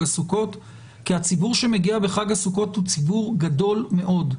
הסוכות כי הציבור שמגיע בחג הסוכות הוא ציבור גדול מאוד.